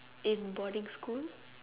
in boarding school